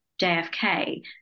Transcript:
JFK